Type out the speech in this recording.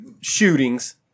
shootings